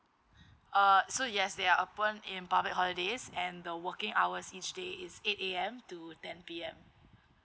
uh so yes they are open in public holidays and the working hours each day is eight A_M to ten P_M